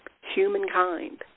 humankind